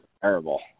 terrible